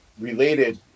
related